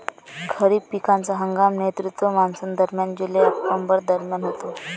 खरीप पिकांचा हंगाम नैऋत्य मॉन्सूनदरम्यान जुलै ऑक्टोबर दरम्यान होतो